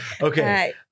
Okay